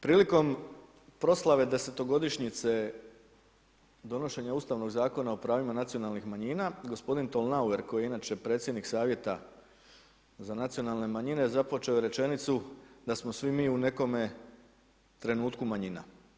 Prilikom proslave 10 godišnjice donošenja ustavnog Zakona o pravima nacionalnih manjina, g. Tolnauer koji je inače predsjednik savjeta za nacionalne manjine, započeo je rečenicu, da smo svi mi u nekome trenutku manjina.